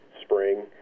spring